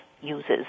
uses